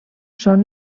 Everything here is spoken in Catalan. són